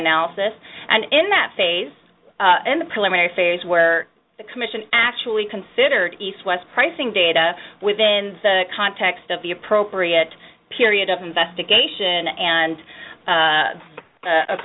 analysis and in that phase in the preliminary phase where the commission actually considered east west pricing data within the context of the appropriate period of investigation and